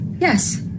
Yes